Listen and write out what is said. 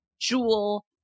Jewel